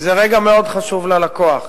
כי זה רגע מאוד חשוב ללקוח.